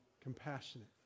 compassionate